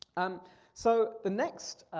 um so the next,